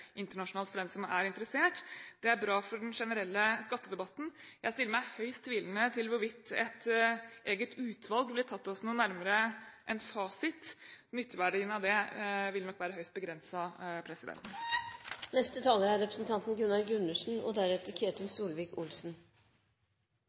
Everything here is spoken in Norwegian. internasjonalt, for den som er interessert. Det er bra for den generelle skattedebatten. Jeg stiller meg høyst tvilende til hvorvidt et eget utvalg ville tatt oss noe nærmere en fasit. Nytteverdien av det vil nok være høyst begrenset. Nei da, jeg tror ikke det er